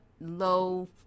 low